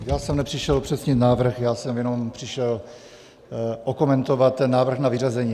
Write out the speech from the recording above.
Já jsem nepřišel upřesnit návrh, já jsem jenom přišel okomentovat ten návrh na vyřazení.